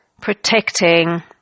protecting